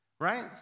Right